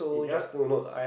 it just